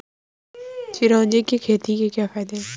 चिरौंजी की खेती के क्या फायदे हैं?